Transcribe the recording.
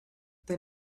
then